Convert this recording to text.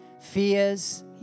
fears